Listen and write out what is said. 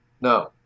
No